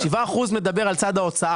ה-7% מדבר על צד ההוצאה.